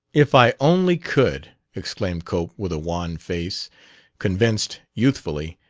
if i only could! exclaimed cope, with a wan face convinced, youthfully,